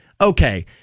Okay